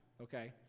okay